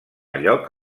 lloc